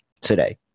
today